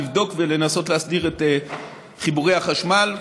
לבדוק ולנסות להסדיר את חיבורי החשמל.